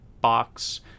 box